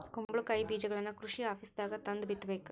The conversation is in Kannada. ಕುಂಬಳಕಾಯಿ ಬೇಜಗಳನ್ನಾ ಕೃಷಿ ಆಪೇಸ್ದಾಗ ತಂದ ಬಿತ್ತಬೇಕ